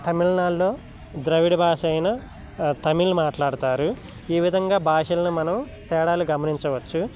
తమిళనాడులో ద్రవిడ భాష అయిన తమిళ్ మాట్లాడుతారు ఈ విధంగా భాషలను మనం తేడాలు గమనించవచ్చు